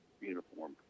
uniform